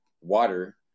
water